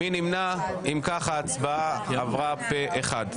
ההצעה עברה פה אחד.